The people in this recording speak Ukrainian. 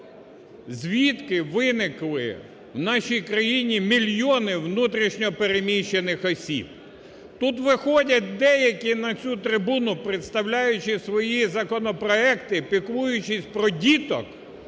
звідки виникли в нашій країні мільйони внутрішньо переміщених осіб. Тут виходять деякі на цю трибуну, представляючи свої законопроекти, піклуючись про діток,